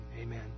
Amen